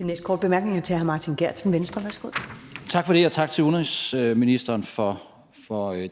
Venstre. Værsgo. Kl. 13:13 Martin Geertsen (V): Tak for det, og tak til udenrigsministeren for